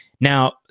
Now